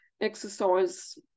exercise